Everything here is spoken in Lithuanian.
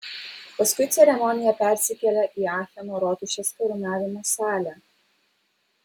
paskui ceremonija persikėlė į acheno rotušės karūnavimo salę